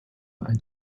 ein